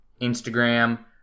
Instagram